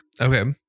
Okay